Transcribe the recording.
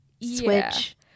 switch